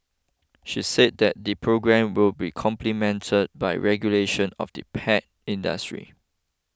she said that the programme will be complemented by regulation of the pet industry